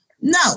No